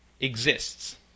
exists